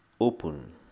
open